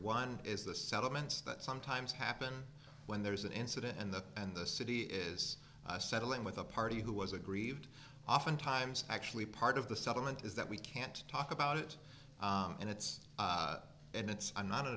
one is the settlements that sometimes happen when there is an incident and the and the city is settling with a party who was aggrieved oftentimes actually part of the settlement is that we can't talk about it and it's and it's i'm not an